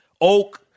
Oak